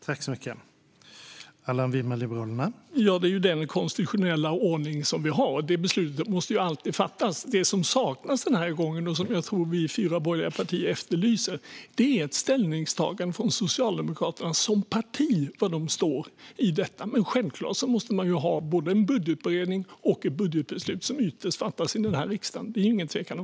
Herr ålderspresident! Ja, det är ju den konstitutionella ordning som vi har. Det beslutet måste alltid fattas. Det som saknas den här gången och som jag tror att vi fyra borgerliga partier efterlyser är ett ställningstagande från Socialdemokraterna, som parti. Var står de i detta? Men självklart måste man ha både en budgetberedning och ett budgetbeslut, som ytterst fattas i riksdagen. Det är det ingen tvekan om.